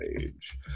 age